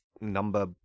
number